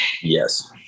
Yes